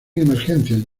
emergencias